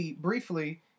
briefly